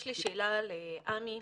יש לי שאלה לעמי.